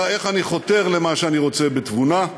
אלא: איך אני חותר למה שאני רוצה בתבונה,